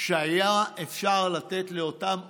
והיה אפשר לתת לאותם עובדים,